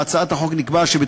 תבחן אותי ותראה שלא.